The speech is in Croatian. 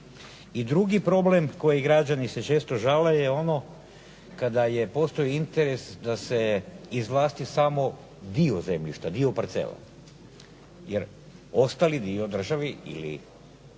drugi problem koji građani se često žale je ono kada je, postoji interes da se izvlasti samo dio zemljišta, dio parcele, jer ostali dio državi ili